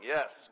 Yes